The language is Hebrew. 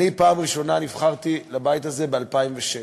אני בפעם הראשונה נבחרתי לבית הזה ב-2006.